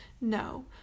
No